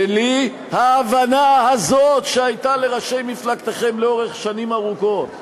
בלי ההבנה הזאת שהייתה לראשי מפלגתכם לאורך שנים רבות,